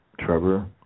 Trevor